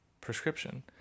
prescription